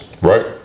right